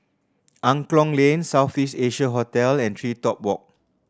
Angklong Lane South East Asia Hotel and TreeTop Walk